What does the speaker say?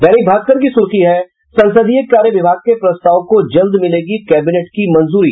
दैनिक भास्कर की सुर्खी है संसदीय कार्य विभाग के प्रस्ताव को जल्द मिलेगी कैबिनेट की मंजूरी